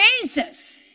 Jesus